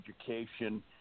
education